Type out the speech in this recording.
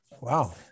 Wow